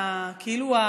כאילו,